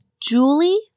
Julie